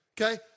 Okay